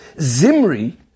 Zimri